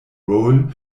roll